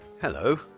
Hello